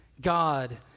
God